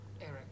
Eric